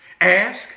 Ask